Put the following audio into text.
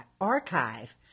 archive